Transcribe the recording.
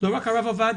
הרב עובדיה,